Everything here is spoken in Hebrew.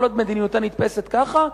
כל עוד מדיניותה נתפסת ככה,